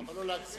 אבל לא להגזים.